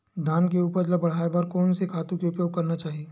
धान के उपज ल बढ़ाये बर कोन से खातु के उपयोग करना चाही?